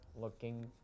looking